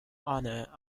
honour